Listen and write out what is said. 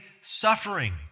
suffering